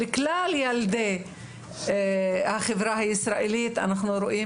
לכלל ילדי החברה הישראלית אנחנו רואים